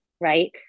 right